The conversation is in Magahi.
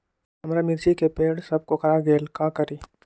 हमारा मिर्ची के पेड़ सब कोकरा गेल का करी?